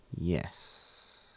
yes